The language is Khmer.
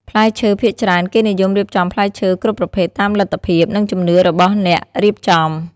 ផ្លែឈើភាគច្រើន គេនិយមរៀបចំផ្លែឈើគ្រប់ប្រភេទតាមលទ្ធភាព និងជំនឿរបស់អ្នករៀបចំ។